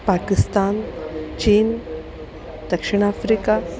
पाकिस्तान् चीना दक्षिणफ़्रिका